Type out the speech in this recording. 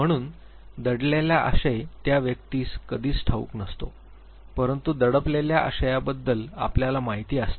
म्हणून दडलेला आशय त्या व्यक्तीस कधीच ठाऊक नसतो परंतु दडपलेल्या आशयाबद्दल आपल्याला माहिती असते